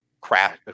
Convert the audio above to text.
crash